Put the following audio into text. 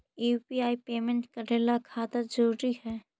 UPI payment करे ला खाता जरूरी है?